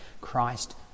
Christ